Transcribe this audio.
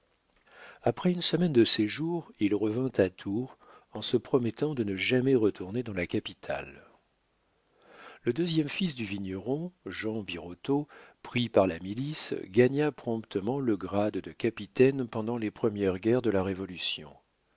après une semaine de séjour il revint à tours en se promettant de ne jamais retourner dans la capitale le deuxième fils du vigneron jean birotteau pris par la milice gagna promptement le grade de capitaine pendant les premières guerres de la révolution